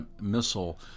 missile